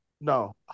No